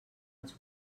els